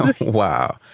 Wow